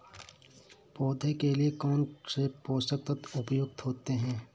पौधे के लिए कौन कौन से पोषक तत्व उपयुक्त होते हैं?